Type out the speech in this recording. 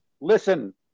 listen